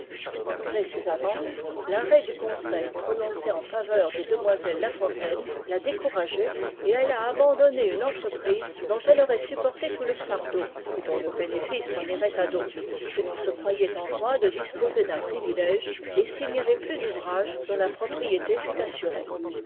malgré ces avances l'arrêt du conseil prononcé en faveur des demoiselles la fontaine l'a découragée et elle a abandonné une entreprise dont elle aurait supporté tout le fardeau et dont le bénéfice s'en irait à d'autres si l'on se croyait en droit de disposer d'un privilège et s'il n'y avait plus d'ouvrages dont la propriété fût assurée